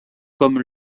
comme